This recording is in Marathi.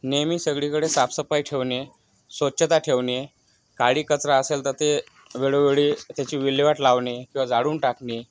नेहमी सगळीकडे साफसफाई ठेवणे स्वच्छता ठेवणे काडीकचरा असेल तर ते वेळोवेळी त्याची विल्हेवाट लावणे किंवा जाळून टाकणे